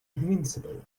invincible